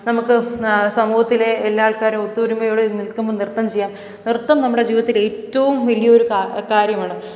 നമുക്ക് സമൂഹത്തിലെ എല്ലാ ആൾക്കാരെയും ഒത്തൊരുമയോടെ നിൽക്കുമ്പം നൃത്തം ചെയ്യാം നൃത്തം നമ്മുടെ ജീവിതത്തിലെ ഏറ്റവും വലിയ ഒരു കാര്യമാണ്